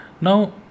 Now